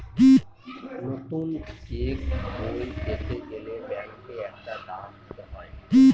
নতুন চেকবই পেতে গেলে ব্যাঙ্কে একটা দাম দিতে হয়